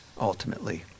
ultimately